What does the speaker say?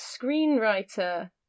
screenwriter